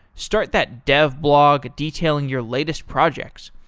start that dev blog detailing your latest projects.